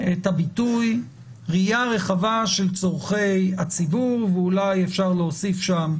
את הביטוי "ראייה רחבה של צורכי הציבור" ואולי אפשר להוסיף שם: